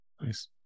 Nice